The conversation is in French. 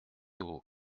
aux